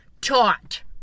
taught